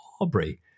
Aubrey